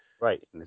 Right